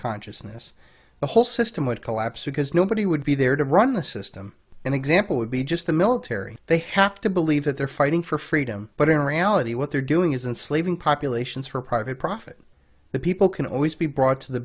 consciousness the whole system would collapse because nobody would be there to run the system an example would be just the military they have to believe that they're fighting for freedom but in reality what they're doing isn't slaving populations for private profit the people can always be brought to the